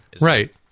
Right